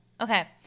Okay